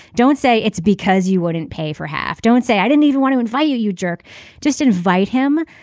don't say it's because you wouldn't pay for half. don't say i didn't even want to invite you you jerk just invite him.